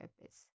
purpose